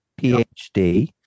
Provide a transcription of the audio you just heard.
PhD